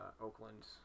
oakland